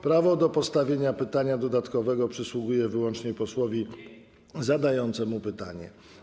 Prawo do postawienia pytania dodatkowego przysługuje wyłącznie posłowi zadającemu pytanie.